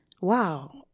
wow